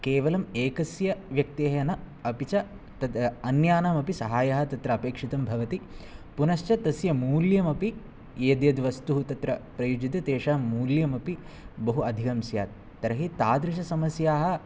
केवलं एकस्य व्यक्तेः न अपि च तद् अन्यानामपि साहाय्याम् तत्र अपेक्षितं भवति पुनश्च तस्य मूल्यमपि यद् यद् वस्तुः तत्र प्रयुज्यते तेषां मूल्यमपि बहु अधिकं स्यात् तर्हि तादृशसमस्याः